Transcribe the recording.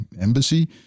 embassy